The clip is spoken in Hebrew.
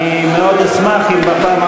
אני מאוד אשמח אם בפעם,